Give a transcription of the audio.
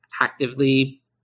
actively